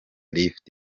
lift